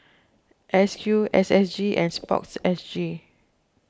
S Q S S G and Sports S G